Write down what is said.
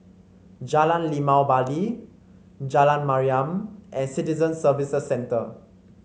Jalan Limau Bali Jalan Mariam and Citizen Services Centre